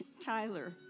Tyler